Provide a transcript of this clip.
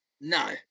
No